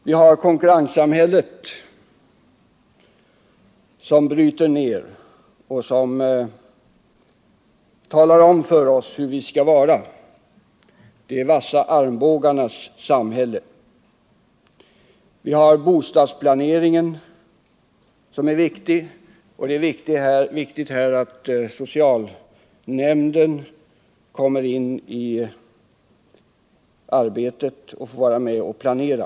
Vi har ett konkurrenssamhälle, som bryter ner och som talar om för oss hur vi skall vara i de vassa armbågarnas samhälle. Inom bostadsplaneringen är det viktigt att socialnämnden tidigt kommer in i arbetet och får vara med och planera.